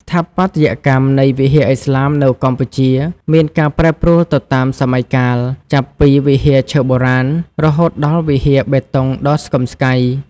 ស្ថាបត្យកម្មនៃវិហារឥស្លាមនៅកម្ពុជា មានការប្រែប្រួលទៅតាមសម័យកាល ចាប់ពីវិហារឈើបុរាណ រហូតដល់វិហារបេតុងដ៏ស្កឹមស្កៃ។